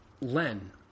Len